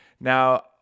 Now